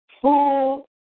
full